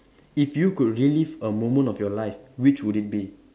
if you could relive a moment of your life which would it be